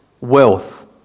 wealth